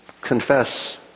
confess